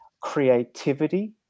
creativity